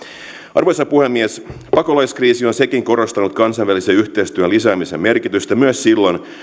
arvoisa puhemies pakolaiskriisi on sekin korostanut kansainvälisen yhteistyön lisäämisen merkitystä myös silloin